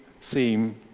seem